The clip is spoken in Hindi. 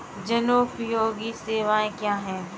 जनोपयोगी सेवाएँ क्या हैं?